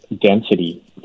density